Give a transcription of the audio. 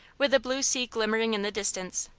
with the blue sea glimmering in the distance.